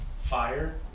Fire